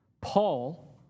Paul